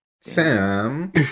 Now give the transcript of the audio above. Sam